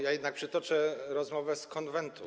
Jednak przytoczę rozmowę z Konwentu.